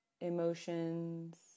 emotions